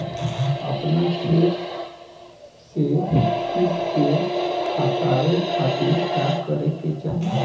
अपना खेत से कीट के हतावे खातिर का करे के चाही?